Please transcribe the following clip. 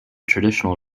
traditional